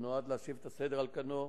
שנועד להשיב את הסדר על כנו,